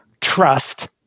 trust